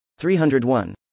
301